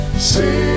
See